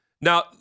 Now